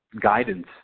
guidance